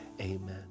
Amen